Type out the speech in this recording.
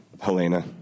Helena